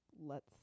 lets